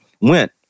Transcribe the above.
went